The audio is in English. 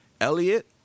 Elliot